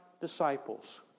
disciples